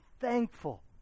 thankful